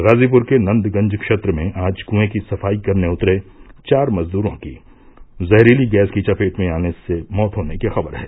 गाजीपुर के नंदगंज क्षेत्र में आज कुंए की सफाई करने उतरे चार मजदूरों की जहरीली गैस की चपेट में आने से मौत होने की खबर है